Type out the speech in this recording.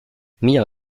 mia